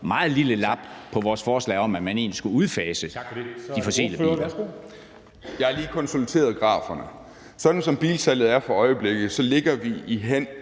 meget lille lap på vores forslag om, at man egentlig skulle udfase de fossile biler.